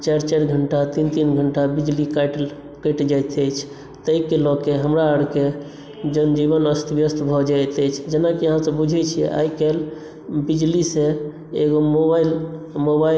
चारि चारि घंटा तीन तीन घंटा बिजली काटि कटि जायत अछि ताहिके लऽ कऽ हमरा आरके जनजीवन अस्त व्यस्त भऽ जाइत अछि जेनाकि आहाँ सब बुझै छियै आइ काल्हि